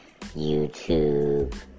YouTube